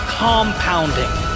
compounding